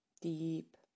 Deep